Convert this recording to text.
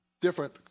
different